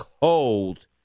cold